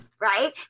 right